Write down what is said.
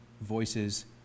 voices